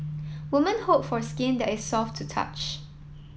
women hope for skin that is soft to touch